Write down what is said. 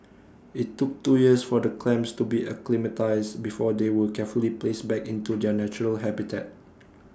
IT took two years for the clams to be acclimatised before they were carefully placed back into their natural habitat